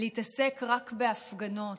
להתעסק רק בהפגנות,